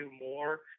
more